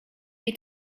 jej